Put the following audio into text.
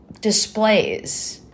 displays